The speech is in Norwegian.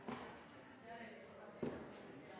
Jeg har